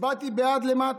הצבעתי בעד למטה,